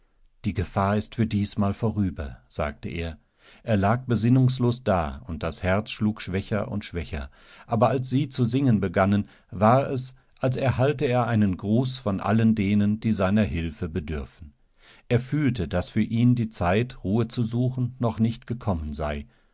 die gefahr ist für diesmal vorüber sagte er er lag besinnungslos da und das herz schlug schwächer und schwächer aberalssiezusingenbegannen wares alserhalteereinengruß von allen denen die seiner hilfe bedürfen er fühlte daß für ihn die zeit ruhe zu suchen noch nicht gekommen sei